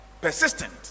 persistent